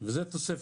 וזו תוספת.